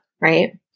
right